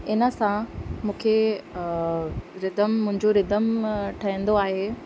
इन सां मूंखे रिदम मुंहिंजो रिदम ठहंदो आहे